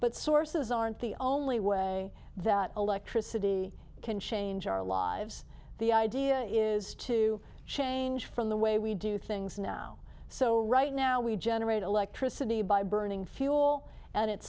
but sources aren't the only way that electricity can change our lives the idea is to change from the way we do things now so right now we generate electricity by burning fuel and it